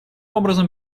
образом